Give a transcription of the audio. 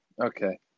Okay